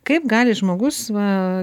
kaip gali žmogus va